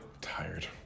Tired